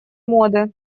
моды